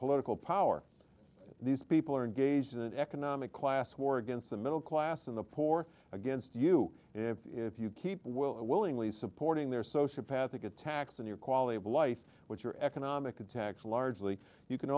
political power these people are engaged in an economic class war against the middle class and the poor against you if you keep willingly supporting their social path attacks on your quality of life which are economic attacks largely you can